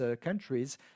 countries